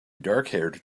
darkhaired